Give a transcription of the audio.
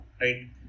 right